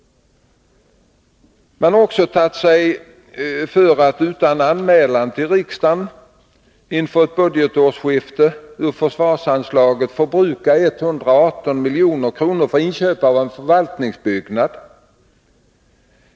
Man har också tagit sig för att utan anmälan till riksdagen, inför ett budgetårsskifte, ur försvarsanslaget förbruka 118 milj.kr. för inköp av en förvaltningsbyggnad.